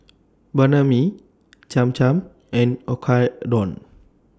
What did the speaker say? Banh MI Cham Cham and Oyakodon